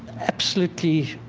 absolutely,